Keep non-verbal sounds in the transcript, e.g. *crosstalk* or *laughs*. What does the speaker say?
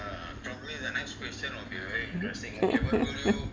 *laughs*